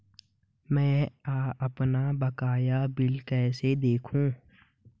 मैं अपना बकाया बिल कैसे देखूं?